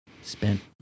spent